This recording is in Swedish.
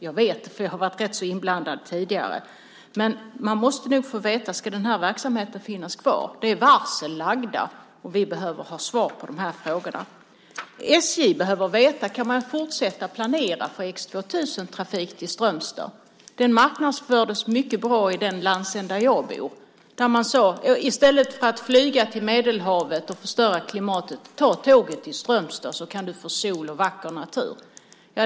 Jag vet eftersom jag har varit inblandad tidigare. Men de måste få veta om verksamheten ska finnas kvar. Varsel har lagts, och vi behöver få svar på frågorna. SJ behöver veta om man kan fortsätta att planera för X 2000-trafik till Strömstad. Den sträckan marknadsfördes mycket bra i den landsända jag bor. Det sades att i stället för att flyga till Medelhavet och förstöra klimatet skulle vi ta tåget till Strömstad för att få sol och se vacker natur.